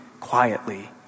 quietly